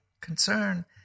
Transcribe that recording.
concern